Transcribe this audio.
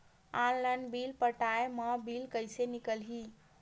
Online bill पटाय मा bill कइसे निकलही?